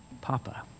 Papa